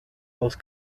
most